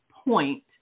point